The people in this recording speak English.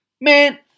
man